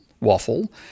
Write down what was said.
waffle